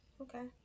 okay